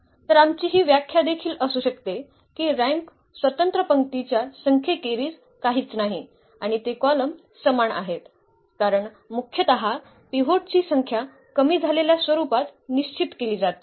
तर आमची ही व्याख्या देखील असू शकते की रँक स्वतंत्र पंक्तींच्या संख्येखेरीज काहीच नाही आणि ते कॉलम समान आहेत कारण मुख्यतः पिव्होट ची संख्या कमी झालेल्या स्वरूपात निश्चित केली जाते